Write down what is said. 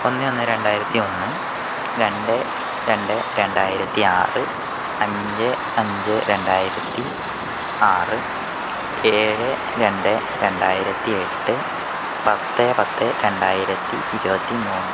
ഒന്ന് ഒന്ന് രണ്ടായിരത്തി ഒന്ന് രണ്ട് രണ്ട് രണ്ടായിരത്തി ആറ് അഞ്ച് അഞ്ച് രണ്ടായിരത്തി ആറ് ഏഴ് രണ്ട് രണ്ടായിരത്തി എട്ട് പത്ത് പത്ത് രണ്ടായിരത്തി ഇരുപത്തി മൂന്ന്